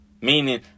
Meaning